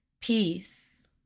peace